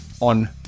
on